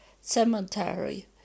cemetery